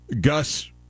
Gus